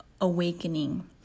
awakening